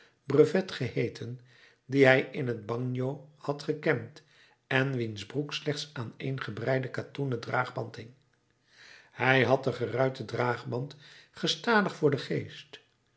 brevet geheeten dien hij in het bagno had gekend en wiens broek slechts aan één gebreiden katoenen draagband hing hij had den geruiten draagband gestadig voor den geest